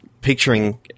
picturing